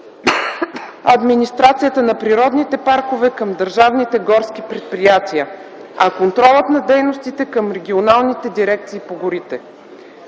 администрацията на природните паркове към държавните горски предприятия, а контролът на дейностите – към регионалните дирекции по горите.